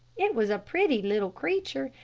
it was a pretty little creature,